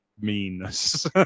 meanness